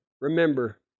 remember